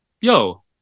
Yo